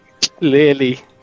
clearly